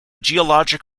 geologic